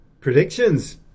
Predictions